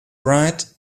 right